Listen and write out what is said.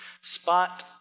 spot